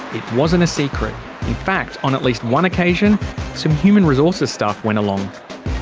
it wasn't a secret. in fact, on at least one occasion some human resources staff went along.